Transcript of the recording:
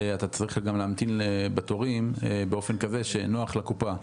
אתה צריך גם להמתין בתורים באופן כזה שנוח לקופה.